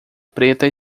preta